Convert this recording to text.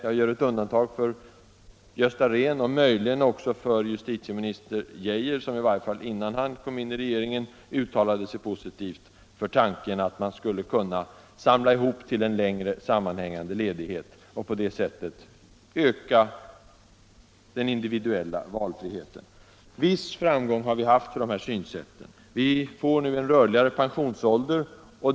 Jag gör undantag för Gösta Rehn och möjligen också för justitieminister Geijer, som i varje fall innan han kom in i regeringen uttalade sig positivt för 157 tanken att man skulle kunna samla ihop till en längre sammanhängande ledighet, och på det sättet öka den individuella valfriheten. En viss framgång har vi kunnat notera för vårt synsätt. Vi får nu en rörligare pensionsålder.